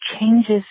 changes